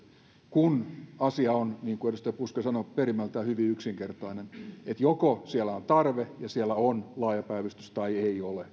kun asia on niin kuin edustaja puska sanoi perimmältään hyvin yksinkertainen joko siellä on tarve ja siellä on laaja päivystys tai ei ole